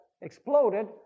exploded